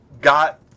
got